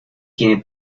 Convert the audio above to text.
tiene